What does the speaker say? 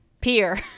peer